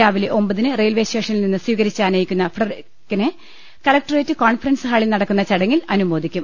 രാവിലെ ഒമ്പതിന് റെയിൽവെ സ്റ്റേഷനിൽനിന്ന് സ്വീകരിച്ചാ നയിക്കുന്ന ഫ്രെഡറിക്കിനെ കലക്ടറേറ്റ് കോൺഫറൻസ് ഹാളിൽ നടക്കുന്ന ചടങ്ങിൽ അനുമോദിക്കും